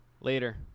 later